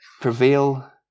prevail